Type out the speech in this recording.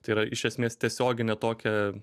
tai yra iš esmės tiesioginė tokia